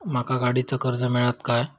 माका गाडीचा कर्ज मिळात काय?